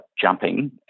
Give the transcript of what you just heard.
jumping